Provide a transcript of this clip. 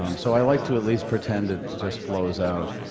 um so i like to at least pretend it just flows out.